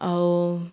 ଆଉ